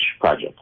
project